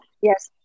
Yes